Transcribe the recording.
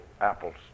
apples